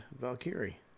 Valkyrie